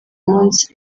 munsi